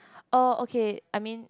oh okay I mean